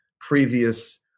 previous